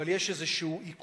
אבל יש איזה עיכוב,